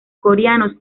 coreanos